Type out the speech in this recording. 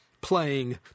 playing